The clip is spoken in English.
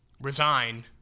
resign